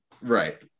Right